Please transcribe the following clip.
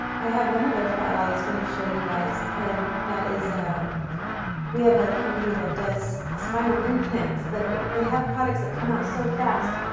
i have one other file, i was going to show you guys and that is, ah we have a company that does spinal implants but they have products that come out so fast,